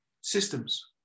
systems